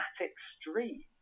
extreme